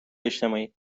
اجتماعی